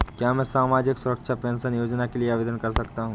क्या मैं सामाजिक सुरक्षा पेंशन योजना के लिए आवेदन कर सकता हूँ?